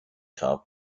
cab